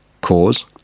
Cause